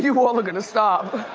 you all are gonna stop.